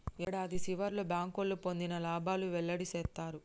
యాడాది సివర్లో బ్యాంకోళ్లు పొందిన లాబాలు వెల్లడి సేత్తారు